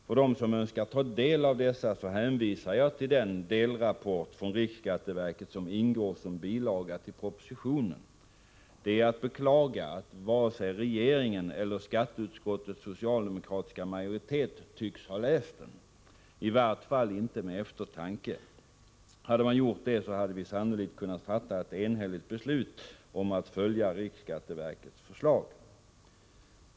För dem som önskar ta del av dessa hänvisar jag till den delrapport från riksskatteverket som ingår som en bilaga till propositionen. Det är att beklaga att varken regeringen eller skatteutskottets socialdemokratiska majoritet tycks ha läst den — i vart fall inte med eftertanke. Hade man gjort det hade vi sannolikt kunnat fatta ett enhälligt beslut om att följa riksskatteverkets förslag.